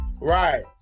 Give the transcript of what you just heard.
Right